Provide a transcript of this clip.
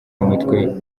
umutwe